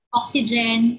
oxygen